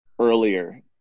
earlier